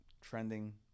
trending